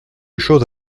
chose